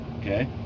Okay